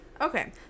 Okay